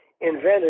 invented